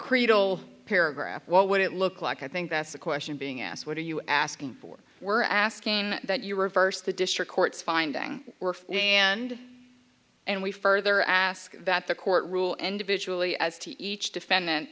creedal paragraph what would it look like i think that's the question being asked what are you asking for we're asking that you reverse the district court's finding work and and we further ask that the court rule end of it really as to each defendant